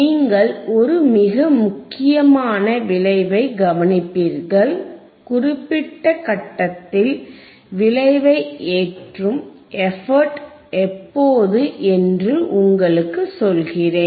நீங்கள் ஒரு மிக முக்கியமான விளைவைக் கவனிப்பீர்கள் குறிப்பிட்ட கட்டத்தில் விளைவை ஏற்றும் எபக்ட் எப்போது என்று உங்களுக்குச் சொல்கிறேன்